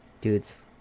dudes